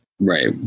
Right